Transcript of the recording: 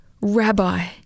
rabbi